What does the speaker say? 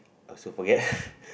also forget